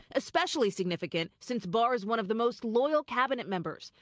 especially significant since barr is one of the most loyal cabinet members.